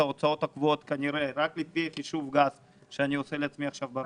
ההוצאות הקבועות רק לפי חישוב גס שאני עושה עכשיו.